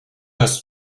hast